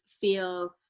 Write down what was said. feel